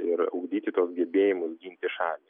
ir ugdyti gal gebėjimus ginti šalį